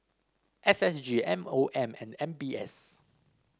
S S G M O M and M B S